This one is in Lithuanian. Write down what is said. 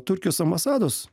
turkijos ambasados